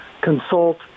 consult